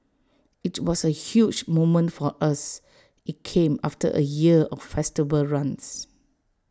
IT was A huge moment for us IT came after A year of festival runs